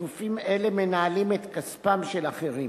שגופים אלה מנהלים את כספם של אחרים.